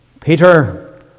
Peter